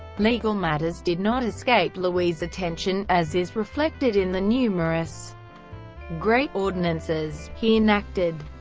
legal matters did not escape louis' attention, as is reflected in the numerous great ordinances he enacted.